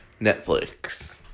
Netflix